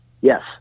Yes